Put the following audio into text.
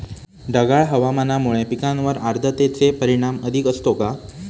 ढगाळ हवामानामुळे पिकांवर आर्द्रतेचे परिणाम अधिक असतो का?